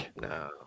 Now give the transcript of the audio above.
No